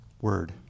word